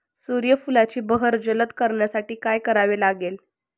सूर्यफुलाची बहर जलद करण्यासाठी काय करावे लागेल?